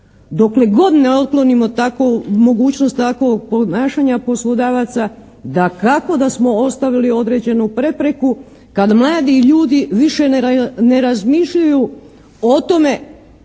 Dokle god ne otklonimo mogućnost takovog ponašanja poslodavaca, dakako da smo ostavili određenu prepreku kad mladi ljudi više ne razmišljaju o tome